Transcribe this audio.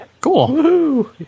cool